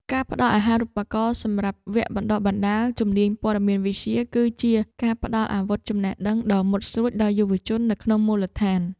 ការផ្តល់អាហារូបករណ៍សម្រាប់វគ្គបណ្តុះបណ្តាលជំនាញព័ត៌មានវិទ្យា គឺជាការផ្តល់អាវុធចំណេះដឹងដ៏មុតស្រួចដល់យុវជននៅក្នុងមូលដ្ឋាន។